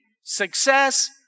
success